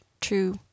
true